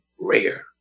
rare